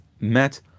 met